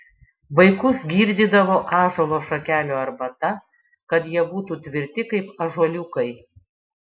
vaikus girdydavo ąžuolo šakelių arbata kad jie būtų tvirti kaip ąžuoliukai